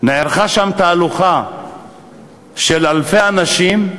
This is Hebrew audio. נערכה תהלוכה של אלפי אנשים,